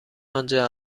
آنجا